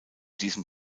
diesem